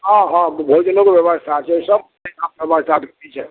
हँ हँ भोजनोके व्यवस्था छै सभचीजक व्यवस्था छै